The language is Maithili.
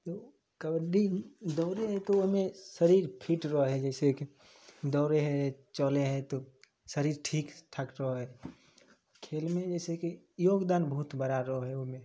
कबड्डी दौड़े हइ तऽ ओहिमे शरीर फिट रहै हइ जइसेकि दौड़े हइ चलै हइ तऽ शरीर ठीकठाक रहै हइ खेलमे जइसेकि योगदान बहुत बड़ा रहै हइ ओहिमे